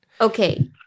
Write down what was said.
Okay